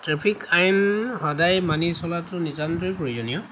traffic আইন সদায় মানি চলাতো নিতান্তই প্ৰয়োজনীয়